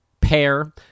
pair